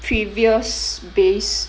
previous based